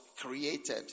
created